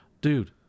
Dude